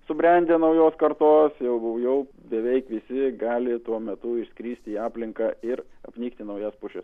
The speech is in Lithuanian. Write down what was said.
subrendę naujos kartos jau jau beveik visi gali tuo metu išskrist į aplinką ir apnikti naujas pušis